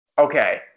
okay